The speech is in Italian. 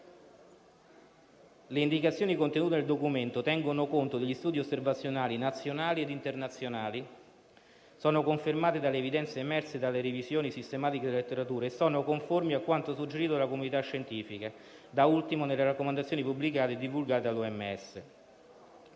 Le indicazioni contenute nel documento tengono conto degli studi osservazionali nazionali e internazionali e sono confermate dalle evidenze emerse dalle revisioni sistematiche della letteratura e sono conformi a quanto suggerito dalla comunità scientifica; da ultimo, tengono conto delle raccomandazioni pubblicate e divulgate dall'OMS.